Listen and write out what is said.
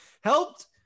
helped